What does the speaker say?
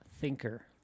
thinker